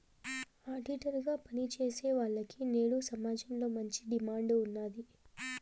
auditor గా పని చేసేవాల్లకి నేడు సమాజంలో మంచి డిమాండ్ ఉన్నాది